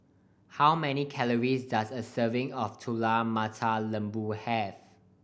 how many calories does a serving of Telur Mata Lembu have